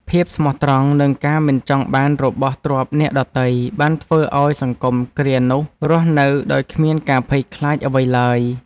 ភាពស្មោះត្រង់ និងការមិនចង់បានរបស់ទ្រព្យអ្នកដទៃ បានធ្វើឱ្យសង្គមគ្រានោះរស់នៅដោយគ្មានការភ័យខ្លាចអ្វីឡើយ។